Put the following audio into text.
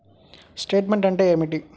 Statement అంటే ఏమిటి?